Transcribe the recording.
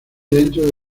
dentro